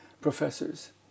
professors